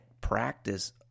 practice